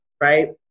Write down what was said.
right